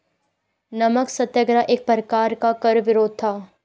नमक सत्याग्रह एक प्रकार का कर प्रतिरोध था